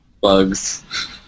bugs